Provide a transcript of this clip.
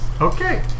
Okay